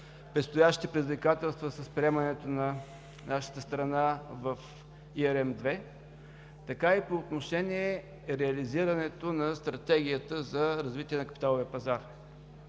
предстоящите предизвикателства с приемането на нашата страна в ERM II, така и по отношение реализирането на Стратегията за развитие на капиталовия пазар.